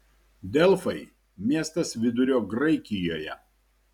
delfai miestas vidurio graikijoje